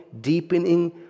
deepening